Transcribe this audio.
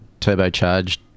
turbocharged